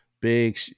big